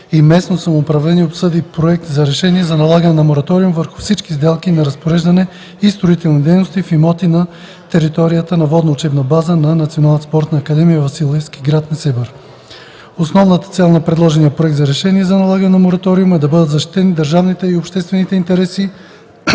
и местно самоуправление обсъди Проект за решение за налагане на мораториум върху всички сделки на разпореждане и строителни дейности в имоти на територията на Водна учебна спортна база на Националната спортна академия „Васил Левски” – град Несебър. Основната цел на предложения проект за решение за налагане на мораториум е да бъдат защитени държавните и обществените интереси